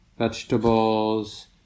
vegetables